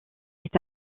est